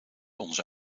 onze